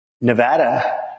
Nevada